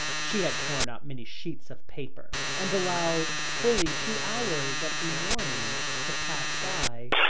she had torn up many sheets of paper, and allowed fully two hours of the morning to pass by.